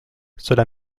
cela